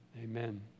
Amen